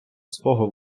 свого